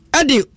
adi